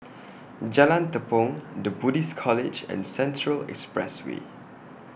Jalan Tepong The Buddhist College and Central Expressway